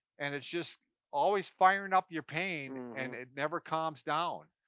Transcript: and it's just always firing up your pain, and it never calms down.